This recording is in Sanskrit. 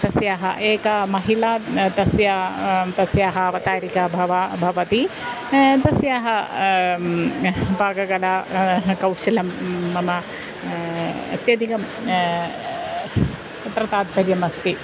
तस्याः एका महिला तस्याः तस्याः अवतारिका भवा भवति तस्याः पाककलाकौशलं मम अत्यधिकम् अत्र तात्पर्यमास्ति